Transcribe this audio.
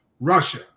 Russia